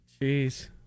Jeez